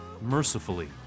mercifully